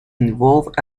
involved